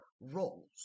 roles